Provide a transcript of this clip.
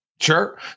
Sure